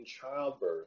childbirth